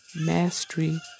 mastery